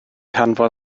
hanfon